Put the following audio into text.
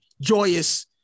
joyous –